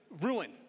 ruin